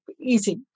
easy